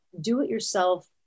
do-it-yourself